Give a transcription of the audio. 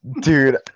Dude